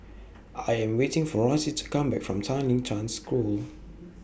I Am waiting For Rossie to Come Back from Tanglin Trust School